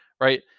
right